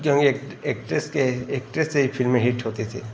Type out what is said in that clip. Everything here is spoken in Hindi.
क्योंकि एक्ट्रेस के एक्ट्रेस से ही फिल्में हिट होती थी